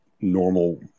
normal